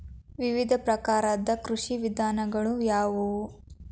ವಿವಿಧ ಪ್ರಕಾರದ ಕೃಷಿ ವಿಧಾನಗಳು ಯಾವುವು?